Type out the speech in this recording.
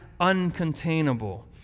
uncontainable